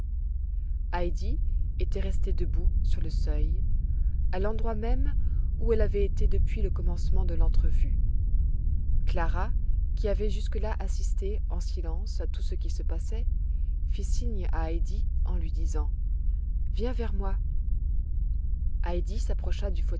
était restée debout sur le seuil à l'endroit même où elle avait été depuis le commencement de l'entrevue clara qui avait jusque-là assisté en silence à tout ce qui se passait fit signe à heidi en m disant viens vers moi heidi s'approcha du